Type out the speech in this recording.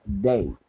day